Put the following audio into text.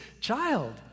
child